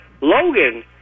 Logan